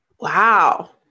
Wow